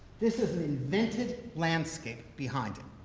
this is an invented landscape behind him.